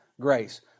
grace